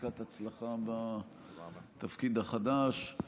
ברכת הצלחה בתפקיד החדש.